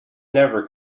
never